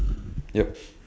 yup